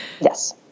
Yes